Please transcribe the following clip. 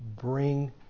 bring